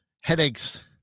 headaches